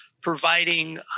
providing